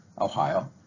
Ohio